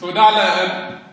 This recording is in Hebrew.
תודה על התיקון.